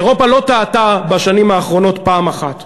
אירופה לא טעתה בשנים האחרונות פעם אחת.